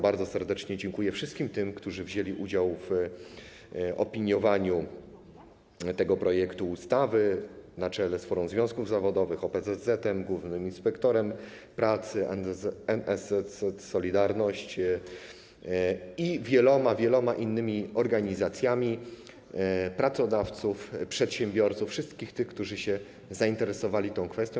Bardzo serdecznie dziękuję wszystkim tym, którzy wzięli udział w opiniowaniu tego projektu ustawy, na czele z Forum Związku Zawodowych, OPZZ, głównym inspektorem pracy, NSZZ „Solidarność” i wieloma, wieloma innymi organizacjami pracodawców, przedsiębiorców, wszystkich tych, którzy zainteresowali się tą kwestią.